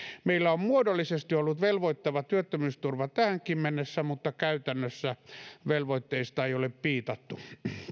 meillä on muodollisesti ollut velvoittava työttömyysturva tähänkin mennessä mutta käytännössä velvoitteista ei ole piitattu